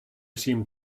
seemed